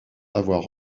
avoir